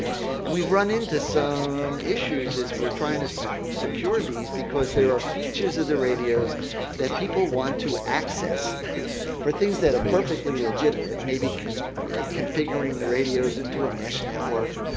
and we've run into some issues as we're trying to so secure these because there are features of the radios that people want to access for things that are perfectly legitimate, maybe configuring the radios into a mesh network.